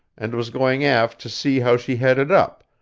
and was going aft to see how she headed up,